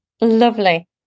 Lovely